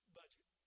budget